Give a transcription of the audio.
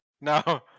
No